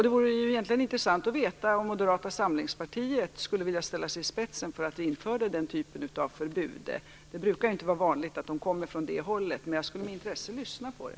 Det vore egentligen intressant att veta om Moderata samlingspartiet skulle vilja ställa sig i spetsen för att införa den typen av förbud. Det är inte vanligt att sådana förslag kommer från det hållet, men jag skulle med intresse lyssna på det.